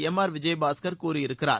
M R Vijayabaskar கூறியிருக்கிறார்